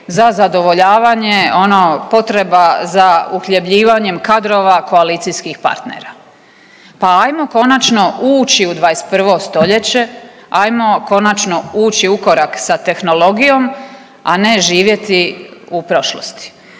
za zadovoljavanje ono potreba za uhljebljivanjem kadrova koalicijskih partnera. Pa ajmo konačno ući u 21. stoljeće, ajmo konačno ući u korak sa tehnologijom, a ne živjeti u prošlosti.